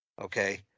Okay